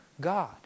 God